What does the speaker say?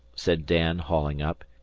said dan, hauling up,